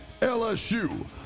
LSU